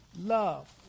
love